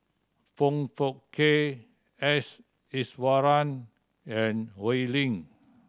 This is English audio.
Foong Fook Kay S Iswaran and Oi Lin